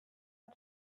are